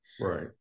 Right